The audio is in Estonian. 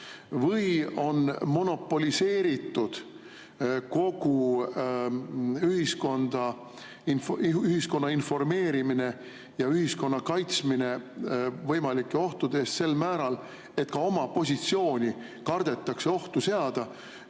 või on monopoliseeritud kogu ühiskonna informeerimine ja ühiskonna kaitsmine võimalike ohtude eest sel määral, et ka oma positsiooni kardetakse ohtu seada,